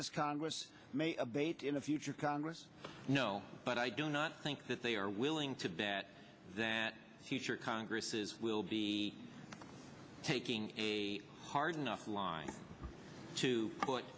this congress may abate in the future congress you know but i do not think that they are willing to bet that future congresses will be taking a hard enough line to put